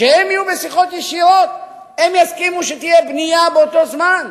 שכשהם יהיו בשיחות ישירות הם יסכימו שתהיה בנייה באותו זמן?